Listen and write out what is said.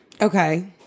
Okay